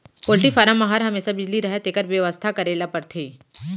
poultry farm म हर हमेसा बिजली रहय तेकर बेवस्था करे ल परथे